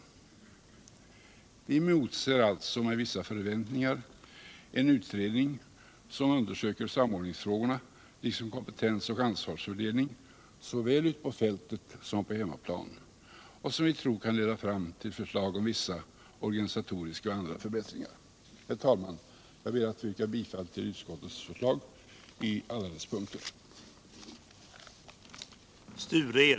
Vi emotser alltså med vissa förväntningar en utredning, som bl.a. undersöker samordningsfrågorna liksom kompetensoch ansvarsfördelningen såväl ute på fältet som här på hemmaplan och som vi tror kan leda fram till förslag om vissa organisatoriska och andra förbättringar. Herr talman! Jag ber att få yrka bifall till utskottets förslag i alla dess punkter.